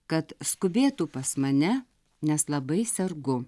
kad skubėtų pas mane nes labai sergu